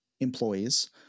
employees